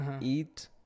Eat